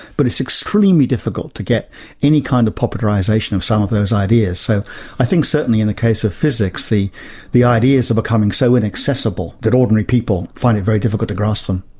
but it's extremely difficult to get any kind of popularisation of some of those ideas. so i think certainly in the case of physics, the the ideas are becoming so inaccessible that ordinary people find it very difficult to grasp them.